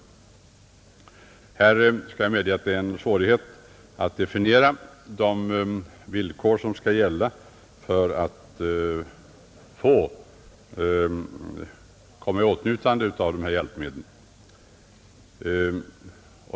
Jag medger att det är svårt att definiera de villkor som bör uppställas för rätt att komma i åtnjutande av sådana hjälpmedel.